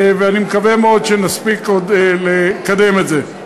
ואני מקווה מאוד שנספיק עוד לקדם את זה.